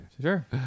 sure